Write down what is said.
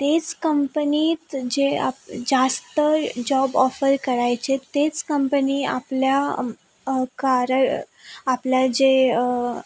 तेच कंपनीत जे आप जास्त जॉब ऑफर करायचे तेच कंपनी आपल्या कार्य आपल्या जे